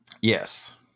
yes